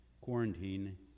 quarantine